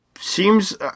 Seems